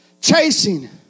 chasing